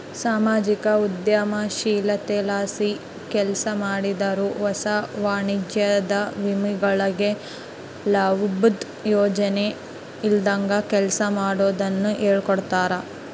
ಸಾಮಾಜಿಕ ಉದ್ಯಮಶೀಲತೆಲಾಸಿ ಕೆಲ್ಸಮಾಡಾರು ಹೊಸ ವಾಣಿಜ್ಯೋದ್ಯಮಿಗಳಿಗೆ ಲಾಬುದ್ ಯೋಚನೆ ಇಲ್ದಂಗ ಕೆಲ್ಸ ಮಾಡೋದುನ್ನ ಹೇಳ್ಕೊಡ್ತಾರ